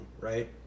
right